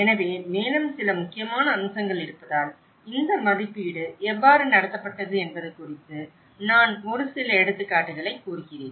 எனவே மேலும் சில முக்கியமான அம்சங்கள் இருப்பதால் இந்த மதிப்பீடு எவ்வாறு நடத்தப்பட்டது என்பது குறித்து நான் ஒரு சில எடுத்துக்காட்டுகளை கூறுகிறேன்